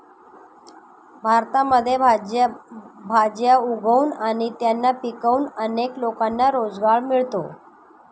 भारतामध्ये भाज्या उगवून आणि त्यांना विकून अनेक लोकांना रोजगार मिळतो